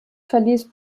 verließ